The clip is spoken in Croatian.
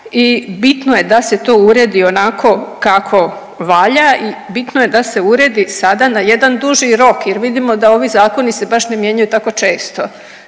i bitno je da se to uredi onako kako valja i bitno je da se uredi sada na jedan duži rok jer vidimo da ovi zakoni se baš ne mijenjaju tako često.